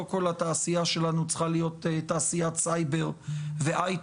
לא כל התעשייה שלנו צריכה להיות תעשיית סייבר והייטק.